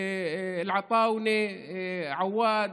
אלעטאונה עוואד,